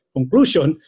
Conclusion